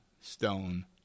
stone